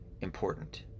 important